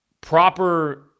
proper